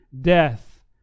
death